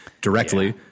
directly